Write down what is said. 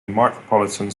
micropolitan